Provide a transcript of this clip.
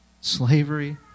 slavery